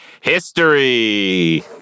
History